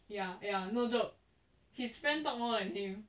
ya ya no joke his friend talked more than him